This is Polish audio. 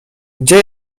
gdzie